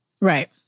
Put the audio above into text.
Right